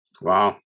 Wow